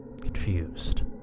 confused